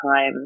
time